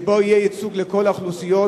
ויהיה בה ייצוג לכל האוכלוסיות,